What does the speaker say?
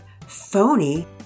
phony